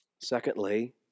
Secondly